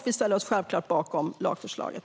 Vi ställer oss självklart bakom lagförslaget.